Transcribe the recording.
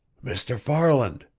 mr. farland!